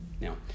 Now